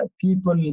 people